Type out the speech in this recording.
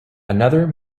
another